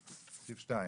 בסעיף 2